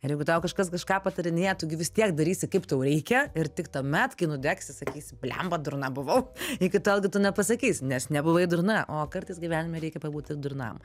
ir jeigu tau kažkas kažką patarinėja tu gi vis tiek darysi kaip tau reikia ir tik tuomet kai nudegsi sakysi blemba durna buvau iki tol gi tu nepasakys nes nebuvai durna o kartais gyvenime reikia pabūti durnam